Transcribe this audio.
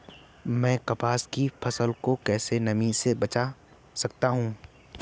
मैं कपास की फसल को कैसे नमी से बचा सकता हूँ?